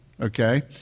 Okay